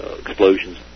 explosions